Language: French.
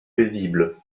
paisible